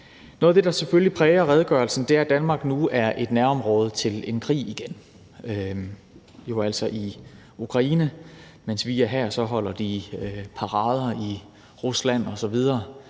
Noget af det, der selvfølgelig præger redegørelsen, er, at Danmark nu igen er et nærområde til en krig, altså den i Ukraine. Mens vi er her, holder de parader i Rusland osv.